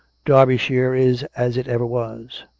derbyshire is as it ever was.